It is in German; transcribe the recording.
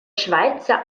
schweizer